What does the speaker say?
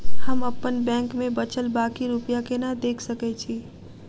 हम अप्पन बैंक मे बचल बाकी रुपया केना देख सकय छी?